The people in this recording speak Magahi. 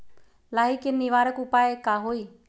लाही के निवारक उपाय का होई?